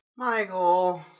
Michael